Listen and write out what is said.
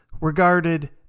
regarded